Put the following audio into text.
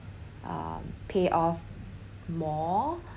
err pay off more